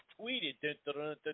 tweeted